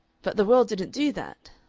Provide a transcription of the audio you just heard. but the world didn't do that.